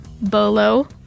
bolo